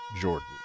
Jordan